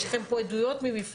יש לכן פה עדויות מבפנים,